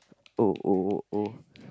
oh oh oh oh